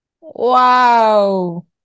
Wow